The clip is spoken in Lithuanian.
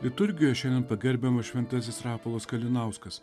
liturgijoj šiandien pagerbiamas šventasis rapolas kalinauskas